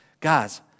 Guys